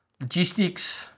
Logistics